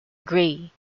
gray